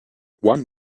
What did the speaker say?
one